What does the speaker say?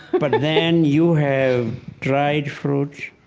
but then you have dried fruit.